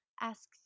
asks